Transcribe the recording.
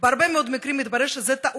בהרבה מאוד מקרים מתברר שזו טעות,